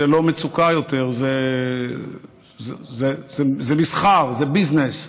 זה לא מצוקה יותר, זה מסחר, זה ביזנס,